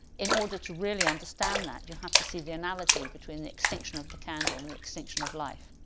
in order to really understand that you have to see the analogy between the extinction of the candle and the extinction of life.